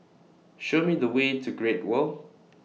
Show Me The Way to Great World